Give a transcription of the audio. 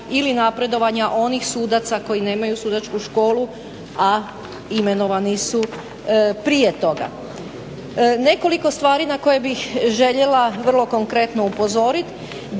ili napredovanja onih sudaca koji nemaju sudačku školu, a imenovani su prije toga? Nekoliko stvari na koje bih željela vrlo konkretno upozoriti